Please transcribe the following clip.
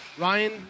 Ryan